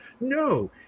No